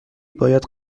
باید